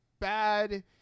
bad